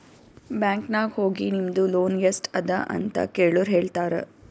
bank ನಾಗ್ ಹೋಗಿ ನಿಮ್ದು ಲೋನ್ ಎಸ್ಟ್ ಅದ ಅಂತ ಕೆಳುರ್ ಹೇಳ್ತಾರಾ